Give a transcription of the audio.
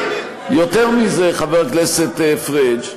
חבר הכנסת פריג',